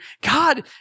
God